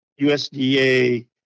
USDA